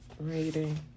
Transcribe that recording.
reading